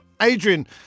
Adrian